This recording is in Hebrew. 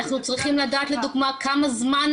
הוא פנה לאיזה רב, הוא מתפלל, ביקש ממנו ברכה.